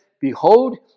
Behold